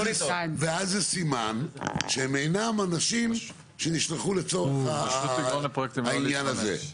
ואז זה סימן שהם אינם אנשים שנשלחו לצורך העניין הזה.